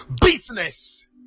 business